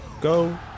go